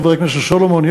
חבר הכנסת סולומון,